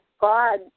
God